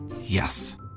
Yes